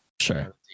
sure